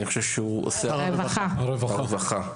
הרווחה.